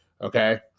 Okay